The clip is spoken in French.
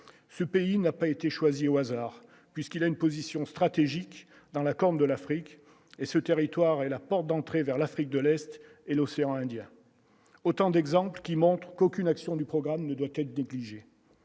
ce pays n'a pas été choisie au hasard puisqu'il a une position stratégique dans la Corne de l'Afrique et ce territoire est la porte d'entrée vers l'Afrique de l'Est et l'océan Indien, autant d'exemples qui montrent qu'aucune action du programme de doter d'exiger